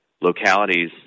Localities